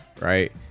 Right